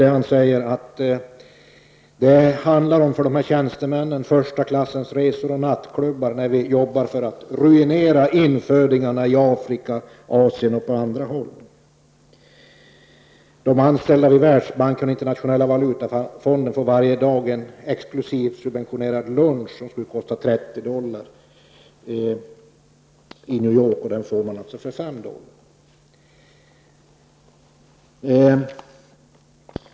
Han framhåller att det för tjänstemännen handlar om första klassens resor och nattklubbar i arbetet på att ruinera infödingarna i Afrika, Asien och på andra håll. De som är anställda i Världsbanken och Internationella valutafonden får varje dag en exklusiv, subventionerad lunch i New York som skulle kosta 30 dollar men som kostar bara 5 dollar.